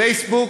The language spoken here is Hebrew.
פייסבוק